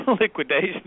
liquidation